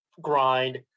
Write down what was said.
grind